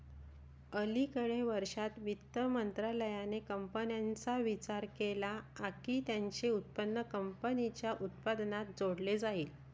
अलिकडे वर्षांत, वित्त मंत्रालयाने कंपन्यांचा विचार केला की त्यांचे उत्पन्न कंपनीच्या उत्पन्नात जोडले जाईल